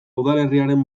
udalerriaren